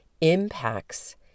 impacts